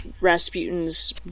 Rasputin's